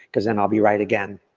cause then i'll be right again.